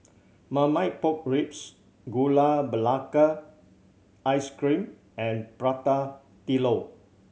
Marmite Pork Ribs Gula Melaka Ice Cream and Prata Telur